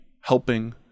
helping